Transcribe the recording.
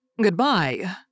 Goodbye